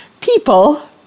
People